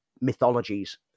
mythologies